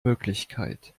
möglichkeit